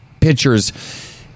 pitcher's